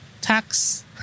tax